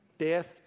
Death